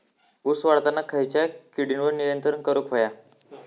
ऊस वाढताना खयच्या किडींवर नियंत्रण करुक व्हया?